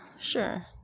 sure